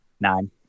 Nine